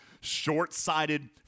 short-sighted